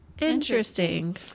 Interesting